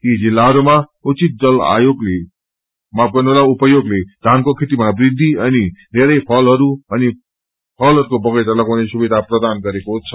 यी जिल्लाहरूमा उचित जल उपयोगले धानको खेतीमा वृद्धि अनि धेरै फलहरू अनि फलहरूको बधैंचा लगाउने सुविधा प्रदान गरेको छ